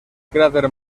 cráter